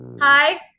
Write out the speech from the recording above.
Hi